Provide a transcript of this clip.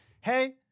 Hey